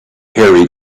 hairy